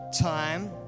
time